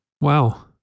Wow